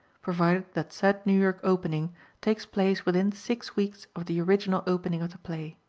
provided that said new york opening takes place within six weeks of the original opening of the play.